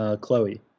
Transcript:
Chloe